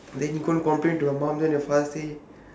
then he go and complain to my mom then your father say